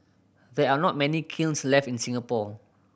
there are not many kilns left in Singapore